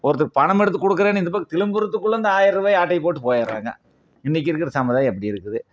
ஒருத்தர் பணம் எடுத்து கொடுக்குறேன்னு இந்த பக்கம் திரும்புறதுக்குள்ள இந்த ஆயர ரூபாய ஆட்டையை போட்டு போயிடறாங்க இன்றைக்கு இருக்கிற சமுதாயம் இப்படி இருக்குது